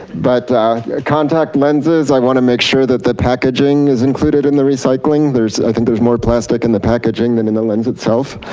but contact lenses, i want to make sure that the packaging is included in the recycling. there is, i think there is more plastic in the packaging than in the lens itself.